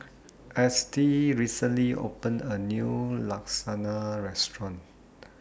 Estie recently opened A New Lasagna Restaurant